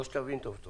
תבין טוב טוב